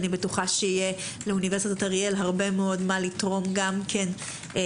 אני בטוחה שיהיה לאוניברסיטת אריאל הרבה מאוד מה לתרום גם לדיונים.